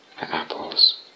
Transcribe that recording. apples